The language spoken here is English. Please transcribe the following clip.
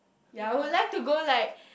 ya I would like to go like